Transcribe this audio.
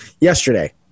yesterday